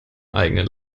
eigenen